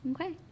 Okay